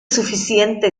suficiente